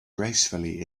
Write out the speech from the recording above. gracefully